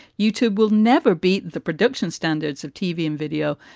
youtube will never beat the production standards of tv and video,